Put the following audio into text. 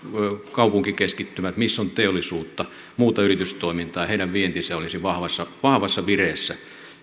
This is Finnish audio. kaupunkikeskittymiemme missä on teollisuutta ja muuta yritystoimintaa vienti ja toiminta olisi vahvassa vahvassa vireessä